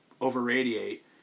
over-radiate